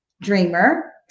dreamer